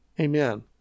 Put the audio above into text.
Amen